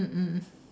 mm mm